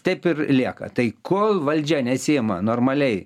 taip ir lieka tai kol valdžia nesiima normaliai